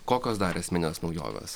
kokios dar esminės naujovės